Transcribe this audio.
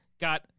Got